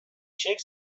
شیک